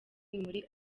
muri